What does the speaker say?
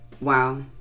Wow